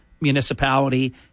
municipality